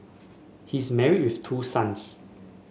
he is married with two sons